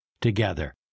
together